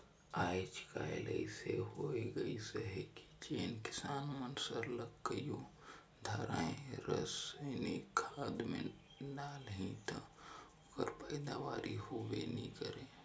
आएज काएल अइसे होए गइस अहे कि जेन किसान मन सरलग कइयो धाएर रसइनिक खाद नी डालहीं ता ओकर पएदावारी होबे नी करे